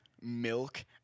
milk